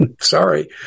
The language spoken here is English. Sorry